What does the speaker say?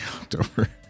October